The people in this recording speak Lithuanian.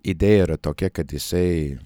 idėja yra tokia kad jisai